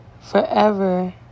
forever